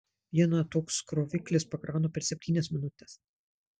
vieną toks kroviklis pakrauna per septynias minutes